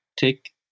take